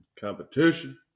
competition